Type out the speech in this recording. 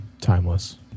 timeless